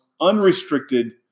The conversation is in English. unrestricted